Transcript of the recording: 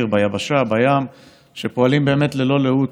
לא צריך.